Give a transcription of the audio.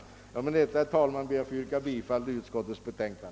Med detta, herr talman, ber jag att få yrka bifall till utskottets hemställan.